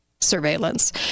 surveillance